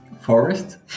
forest